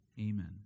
Amen